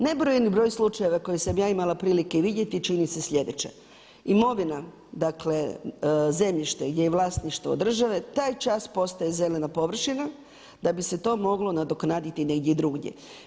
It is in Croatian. Nebrojeni broj slučajeva koji sam ja imala prilike vidjeti čini se slijedeće, imovina, dakle zemljište gdje je vlasništvo države taj čak postaje zelena površina da bi se to moglo nadoknaditi negdje drugdje.